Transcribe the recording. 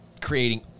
creating